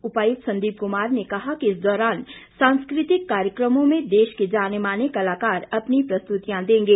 उपायुक्त संदीप कुमार ने कहा कि इस दौरान सांस्कृतिक कार्यक्रमों में देश के जाने माने कलाकार अपनी प्रस्तुतियां देंगे